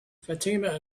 fatima